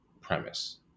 premise